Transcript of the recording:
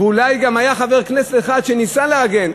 ואולי גם היה חבר כנסת אחד שניסה להגן,